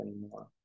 anymore